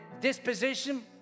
disposition